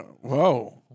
Whoa